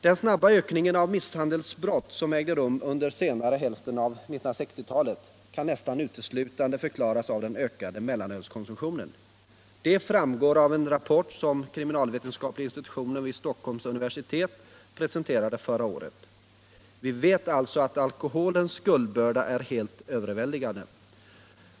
Den snabba ökningen av antalet misshandelsbrott som ägde rum under senare hälften av 1960-talet kan nästan uteslutande förklaras av den ökade mellanölskonsumtionen. Det framgår av en rapport från kriminalvetenskapliga institutet vid Stockholms universitet som presenterades förra året. Vi vet alltså att alkoholens skuldbörda är helt överväldigande.